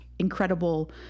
incredible